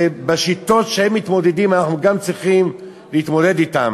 ובשיטות שהם מתמודדים אנחנו גם צריכים להתמודד אתם.